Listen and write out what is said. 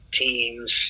teams